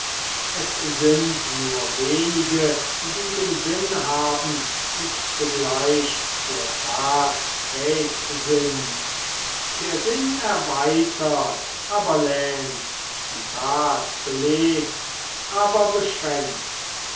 es sind nur wenige die den sinn haben und zugleich zur tat fähig sind der sinn erweitert aber lähmt die tat belebt aber beschränkt